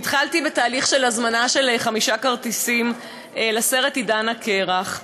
והתחלתי תהליך של הזמנת חמישה כרטיסים לסרט "עידן הקרח".